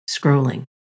scrolling